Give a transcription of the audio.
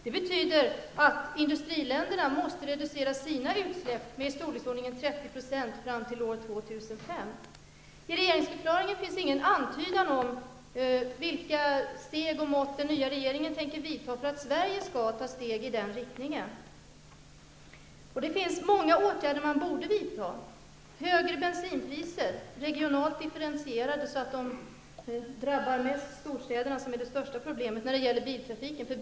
Det betyder att industriländerna måste reducera sina utsläpp med storleksordningen 30 % fram till år 2005. I regeringsförklaringen finns ingen antydan om vilka mått och steg den nya regeringen tänker vidta för att Sverige skall ta steg i den riktningen. Det finns många åtgärder man borde vidta. Högre bensinpriser, regionalt differentierade, så att de drabbar storstäderna mest, eftersom det är där biltrafiken utgör det största problemet.